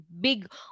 big